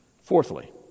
Fourthly